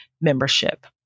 membership